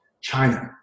China